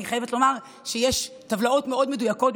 אני חייבת לומר שיש טבלאות מאוד מדויקות,